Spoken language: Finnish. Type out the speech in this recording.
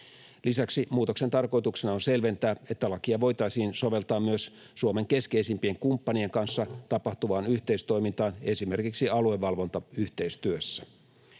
Lisäksi muutoksen tarkoituksena on selventää, että lakia voitaisiin soveltaa myös Suomen keskeisimpien kumppanien kanssa tapahtuvaan yhteistoimintaan esimerkiksi aluevalvontayhteistyössä.